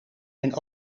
mijn